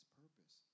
purpose